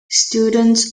students